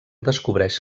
descobreix